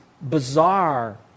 bizarre